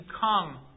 come